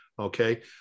Okay